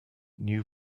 new